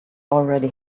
already